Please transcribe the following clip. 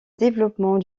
développement